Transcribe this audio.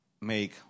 make